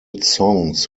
songs